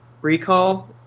recall